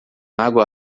água